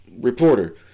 reporter